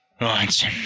Right